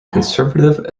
conservative